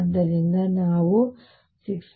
ಆದ್ದರಿಂದ ನಾವು 6